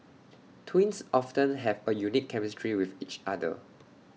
twins often have A unique chemistry with each other